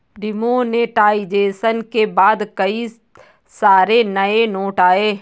demonetisation के बाद कई सारे नए नोट आये